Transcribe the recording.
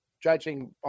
judging